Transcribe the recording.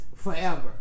Forever